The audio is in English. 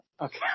Okay